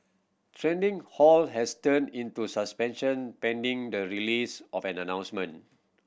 trading halt has turned into suspension pending the release of an announcement